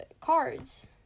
cards